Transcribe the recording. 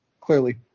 Clearly